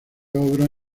obras